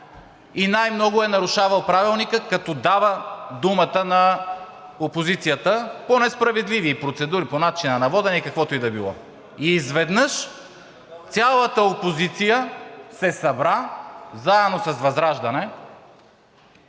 и най-много е нарушавал Правилника, като дава думата на опозицията по несправедливи процедури – по начина на водене, по каквото и да било. И изведнъж цялата опозиция се събра, заедно с ВЪЗРАЖДАНЕ,